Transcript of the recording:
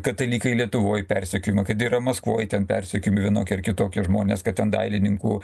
katalikai lietuvoj persekiojami kad yra maskvoj ten persekiojami vienokie ar kitokie žmonės kad ten dailininkų